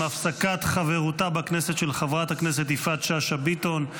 עם הפסקת חברותה בכנסת של חברת הכנסת יפעת שאשא ביטון,